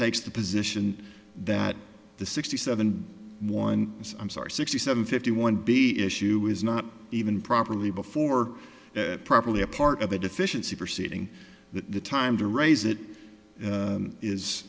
takes the position that the sixty seven one i'm sorry sixty seven fifty one b issue was not even properly before properly a part of a deficiency proceeding that the time to raise it is is